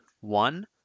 One